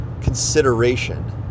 consideration